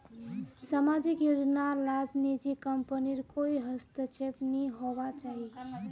सामाजिक योजना लात निजी कम्पनीर कोए हस्तक्षेप नि होवा चाहि